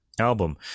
album